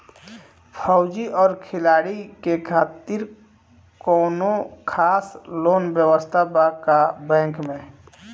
फौजी और खिलाड़ी के खातिर कौनो खास लोन व्यवस्था बा का बैंक में?